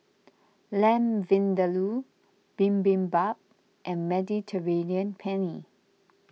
Lamb Vindaloo Bibimbap and Mediterranean Penne